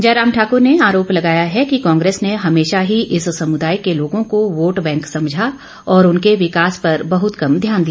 जयराम ठाकुर ने आरोप लगाया है कि कांग्रेस ने हमेशा ही इस समुदाय के लोगों को वोट बैंक समझा और उनके विकास पर बहुत कम ध्यान दिया